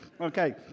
Okay